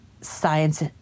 science